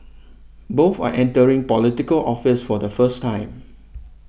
both are entering Political Office for the first time